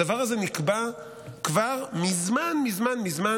הדבר הזה נקבע כבר מזמן מזמן מזמן,